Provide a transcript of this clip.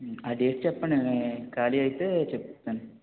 ఉ ఆ డేట్స్ చెప్పండి ఖాళీ ఐతే చెప్తాను